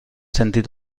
sentit